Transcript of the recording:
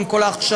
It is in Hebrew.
עם כל ההכשרה,